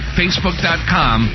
facebook.com